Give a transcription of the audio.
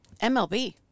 MLB